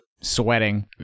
Sweating